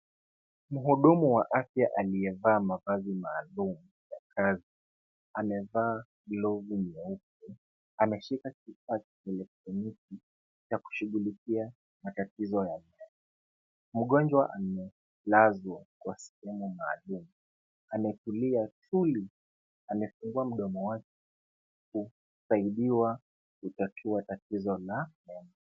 Mhudumu wa afya aliyevaa mavazi maalumza kasi amevaa glovu nyeupe, anashika kifaa cha kielektroniki ya kushughulikia matatizo yake , mgonjwa amelaswa kwa skrini mahalum ametulia tuli ,amefungua mdomo wake akisaidiwa kutatua tatizo la meno